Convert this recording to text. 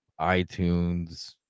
iTunes